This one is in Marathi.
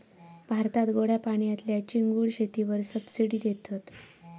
भारतात गोड्या पाण्यातल्या चिंगूळ शेतीवर सबसिडी देतत